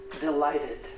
delighted